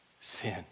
sin